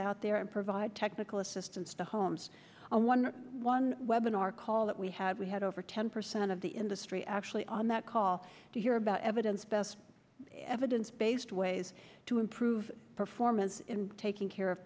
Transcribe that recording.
out there and provide technical assistance to homes one one web in our call that we had we had over ten percent of the industry actually on that call to hear about evidence best evidence based ways to improve performance in taking care of